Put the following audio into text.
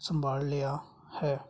ਸੰਭਾਲਿਆ ਹੈ